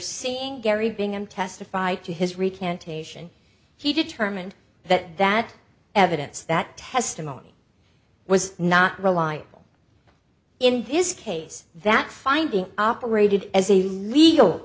seeing gary bingham testify to his recantation he determined that that evidence that testimony was not reliable in this case that finding operated as a legal